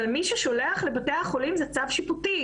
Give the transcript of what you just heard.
אבל מי ששולח לבתי החולים זה צו שיפוטי,